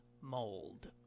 mold